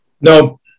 No